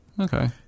Okay